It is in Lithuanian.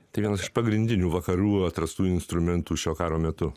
tai vienas iš pagrindinių vakarų atrastų instrumentų šio karo metu